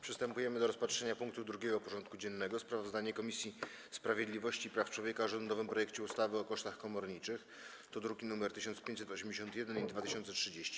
Przystępujemy do rozpatrzenia punktu 2. porządku dziennego: Sprawozdanie Komisji Sprawiedliwości i Praw Człowieka o rządowym projekcie ustawy o kosztach komorniczych (druki nr 1581 i 2030)